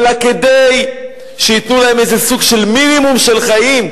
אלא כדי שייתנו להם איזה סוג של מינימום של חיים.